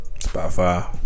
Spotify